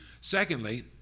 secondly